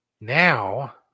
now